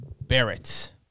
Barrett